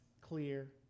clear